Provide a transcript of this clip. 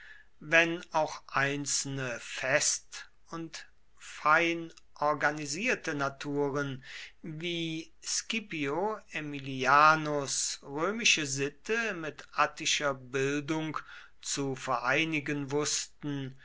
wenn auch einzelne fest und fein organisierte naturen wie scipio aemilianus römische sitte mit attischer bildung zu vereinigen wußten